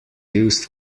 used